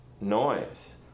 noise